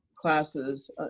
classes